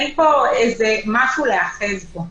אין פה משהו להיאחז בו.